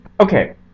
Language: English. okay